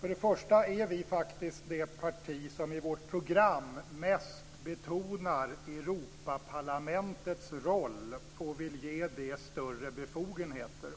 För det första är vi faktiskt det parti som i vårt program mest betonar Europaparlamentets roll och vill ge det större befogenheter.